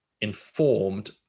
informed